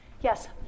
Yes